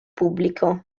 pubblico